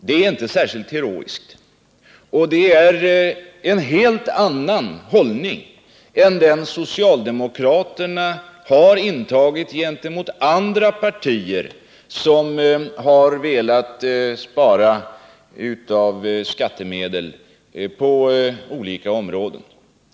Det är inte särskilt heroiskt, och det återspeglar en helt annan hållning än den socialdemokraterna har intagit gentemot andra partier som har velat spara av skattemedel på olika områden.